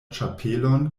ĉapelon